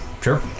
Sure